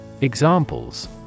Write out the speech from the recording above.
Examples